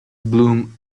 bloom